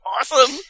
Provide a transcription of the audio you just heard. awesome